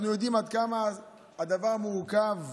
אנחנו יודעים עד כמה הדבר מורכב,